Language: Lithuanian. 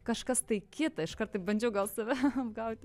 kažkas tai kita iškart taip bandžiau gal save apgauti